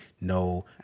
No